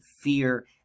fear